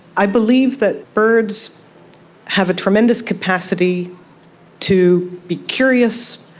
i believe that birds have a tremendous capacity to be curious,